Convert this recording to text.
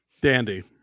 Dandy